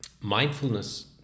mindfulness